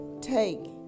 take